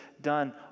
done